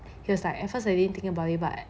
he's like at first he didn't think about it but